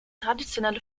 traditionelle